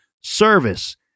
service